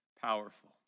powerful